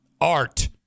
ART